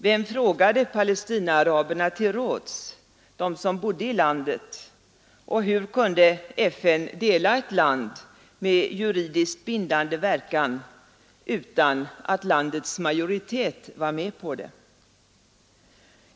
Vem frågade Palestinaaraberna — de som bodde i landet — till råds? Och hur kunde FN dela ett land med juridiskt bindande verkan utan att landets majoritet var med på det?